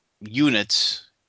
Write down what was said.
units